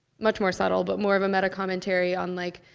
much more subtle, but more of a meta commentary on, like,